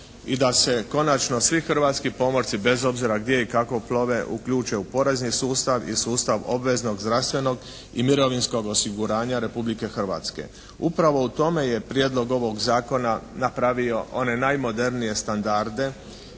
i da se konačno svi hrvatski pomorci bez obzira gdje i kako plove uključe u porezni sustav i sustav obveznog zdravstvenog i mirovinskog osiguranja Republike Hrvatske. Upravo u tome je Prijedlog ovog Zakona napravio one najmodernije standarde